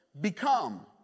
become